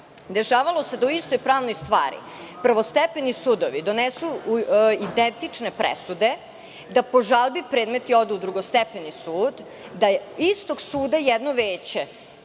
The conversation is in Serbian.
bitna.Dešavalo se da u istoj pravnoj stvari prvostepeni sudovi donesu identične presude, da po žalbi predmeti odu u drugostepeni sud, da istog suda jedno veće